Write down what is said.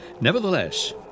Nevertheless